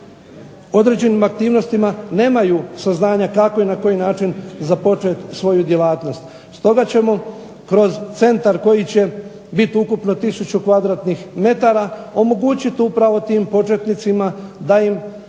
određenim aktivnostima nemaju saznanja kako i na koji način započeti svoju djelatnost. Stoga ćemo kroz centar koji će biti ukupno 1000 kvadratnih metara omogućiti upravo tim početnicima da im dademo